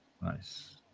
Nice